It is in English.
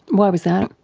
why was that?